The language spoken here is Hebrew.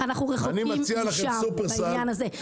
אנחנו רחוקים משם בעניין הזה.